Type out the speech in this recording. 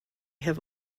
have